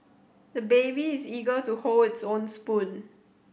the baby is eager to hold his own spoon